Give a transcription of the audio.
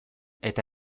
eta